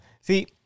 See